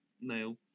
nail